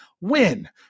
win